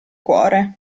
cuore